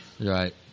Right